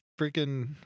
freaking